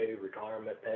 retirement